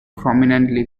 prominently